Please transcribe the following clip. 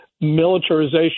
militarization